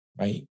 right